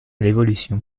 l’évolution